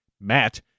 Matt